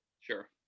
Sure